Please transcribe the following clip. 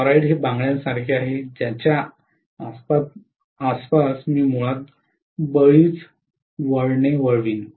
toroid हे बांगड्यासारखे आहे ज्याच्या आसपास मी मुळात बरीच वळणे वळवीन